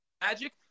Magic